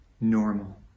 normal